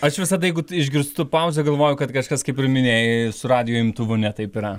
aš visada jeigu išgirstu pauzę galvoju kad kažkas kaip ir minėjai su radijo imtuvu netaip yra